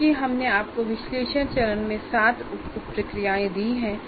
क्योंकि हमने आपको विश्लेषण चरण में 7 उप प्रक्रियाएं दी हैं